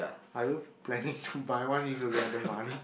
are you planning to buy one if you've the the money